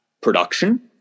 production